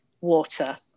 water